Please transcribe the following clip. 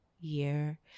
year